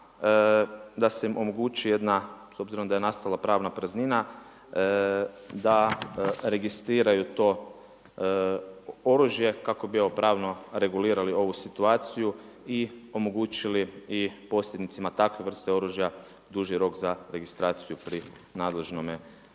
da se im omogući jedna s obzirom da je nastala pravna praznina da registriraju to oružje kako bi pravno regulirali ovu situaciju i omogućili i posjednicima takve vrste oružja duži rok za registraciju pri nadležnome tijelu.